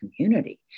community